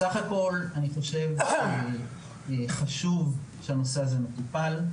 בסך הכול, חשוב שהנושא הזה מטופל.